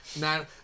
Now